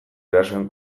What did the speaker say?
erasoen